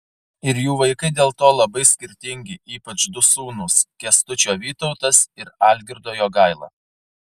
ir jų vaikai dėl to labai skirtingi ypač du sūnūs kęstučio vytautas ir algirdo jogaila